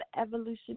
evolution